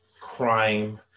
crime